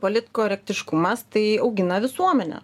politkorektiškumas tai augina visuomenę